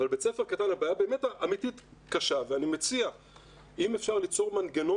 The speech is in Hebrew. אבל בבית ספר קטן הבעיה באמת אמיתית קשה ואני מציע ליצור מנגנון